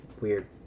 weird